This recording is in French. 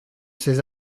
ces